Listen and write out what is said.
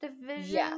division